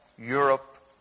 Europe